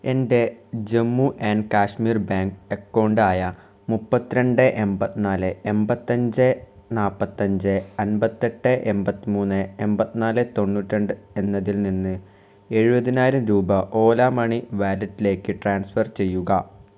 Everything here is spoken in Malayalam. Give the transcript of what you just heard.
എൻ്റെ ജമ്മു ആൻഡ് കശ്മീർ ബാങ്ക് അക്കൗണ്ടായ മുപ്പത്തി രണ്ട് എൺപത്തി നാല് എൺപത്തഞ്ച് നാൽപ്പത്തഞ്ച് അൻപത്തെട്ട് എൺപത്തി മൂന്ന് എൺപത്തി നാല് തൊണ്ണൂറ്റി രണ്ട് എന്നതിൽ നിന്ന് എഴുപതിനായിരം രൂപ ഓല മണി വാലറ്റിലേക്ക് ട്രാൻസ്ഫർ ചെയ്യുക